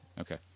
Okay